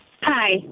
Hi